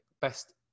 best